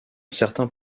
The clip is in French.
certains